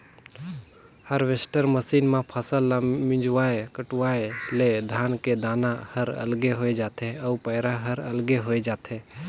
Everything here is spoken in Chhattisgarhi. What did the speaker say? हारवेस्टर मसीन म फसल ल मिंजवाय कटवाय ले धान के दाना हर अलगे होय जाथे अउ पैरा हर अलगे होय जाथे